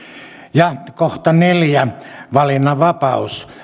neljä valinnanvapaus